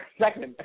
second